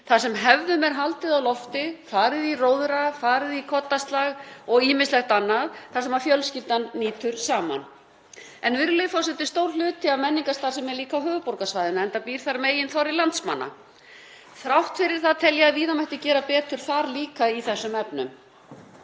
þar sem hefðum er haldið á lofti, farið í róðra, farið í koddaslag og ýmislegt annað þar sem fjölskyldan nýtur saman. En, virðulegi forseti, stór hluti af menningarstarfsemi er líka á höfuðborgarsvæðinu enda býr þar meginþorri landsmanna. Þrátt fyrir það tel ég að víða mætti gera betur þar líka í þessum efnum.